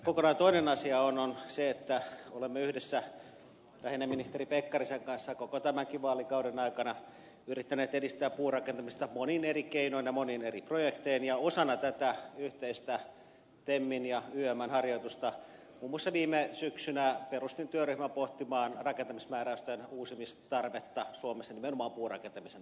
kokonaan toinen asiahan on se että olemme yhdessä lähinnä ministeri pekkarisen kanssa koko tämänkin vaalikauden aikana yrittäneet edistää puurakentamista monin eri keinoin ja monin eri projektein ja osana tätä yhteistä temmin ja ymn harjoitusta muun muassa viime syksynä perustin työryhmän pohtimaan rakentamismääräysten uusimistarvetta suomessa nimenomaan puurakentamisen osalta